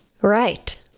Right